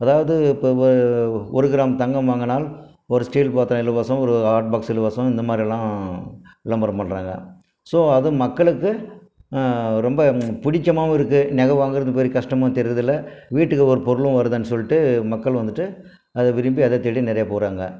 அதாவது இப்போ ஒரு கிராம் தங்கம் வாங்கினால் ஒரு ஸ்டீல் பாத்திரம் இலவசம் ஒரு ஹாட்பாக்ஸ் இலவசம் இந்த மாதிரிலாம் விளம்பரம் பண்ணுறாங்க ஸோ அது மக்களுக்கு ரொம்ப பிடிச்சமாவும் இருக்குது நகை வாங்குவது பெரிய கஷ்டமாகவும் தெரிகிறது இல்லை வீட்டுக்கு ஒரு பொருளும் வருகுதுன்னு சொல்லிட்டு மக்கள் வந்துட்டு அதை விரும்பி அதை தேடி நிறைய போகிறாங்க